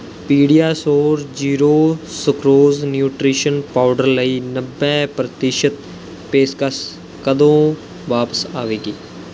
PediaSure zero sucrose nutrition powder ਲਈ ਨੱਬੇ ਪ੍ਰਤੀਸ਼ਤ ਪੇਸ਼ਕਸ਼ ਕਦੋਂ ਵਾਪਸ ਆਵੇਗੀ